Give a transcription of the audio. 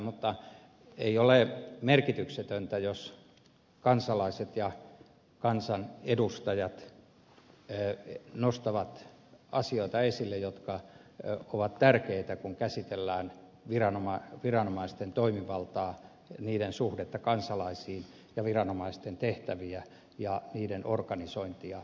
mutta ei ole merkityksetöntä jos kansalaiset ja kansanedustajat nostavat esille asioita jotka ovat tärkeitä kun käsitellään viranomaisten toimivaltaa viranomaisten suhdetta kansalaisiin ja viranomaisten tehtäviä ja niiden organisointia